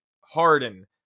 Harden